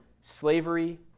slavery